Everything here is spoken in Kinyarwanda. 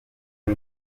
ubu